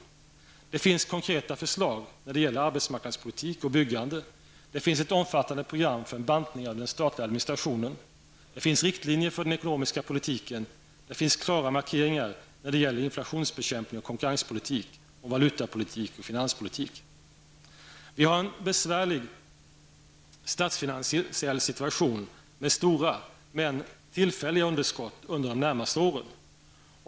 Det finns konkreta förslag när det gäller arbetsmarknadspolitik och byggande. Det finns ett omfattande program för en bantning av den statliga administrationen. Det finns riktlinjer för den ekonomiska politiken. Det finns klara markeringar när det gäller inflationsbekämpning och konkurrenspolitik, om valutapolitik och finanspolitik. Vi har en besvärlig statsfinansiell situation med stora men tillfälliga underskott under de närmaste åren.